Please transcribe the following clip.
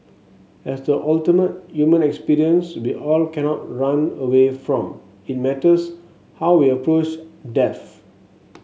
as the ultimate human experience we all cannot run away from it matters how we approach death